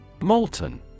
Molten